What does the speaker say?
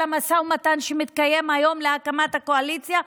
המשא ומתן שמתקיים היום להקמת הקואליציה,